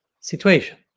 situation